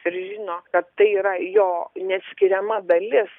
ir žino kad tai yra jo neatskiriama dalis